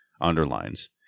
underlines